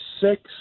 six